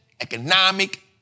economic